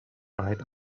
dried